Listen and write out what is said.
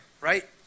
right